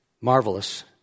Marvelous